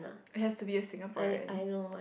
he has to be a Singaporean